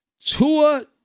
Tua